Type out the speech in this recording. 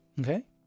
okay